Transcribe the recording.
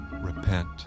repent